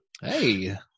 hey